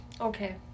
Okay